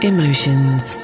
Emotions